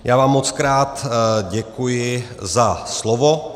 Já vám mockrát děkuji za slovo.